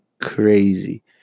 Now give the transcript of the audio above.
crazy